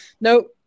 nope